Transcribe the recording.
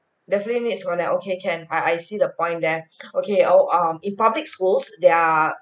definitely needs one then okay can err I see the point there okay oh um in public schools they are